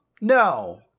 no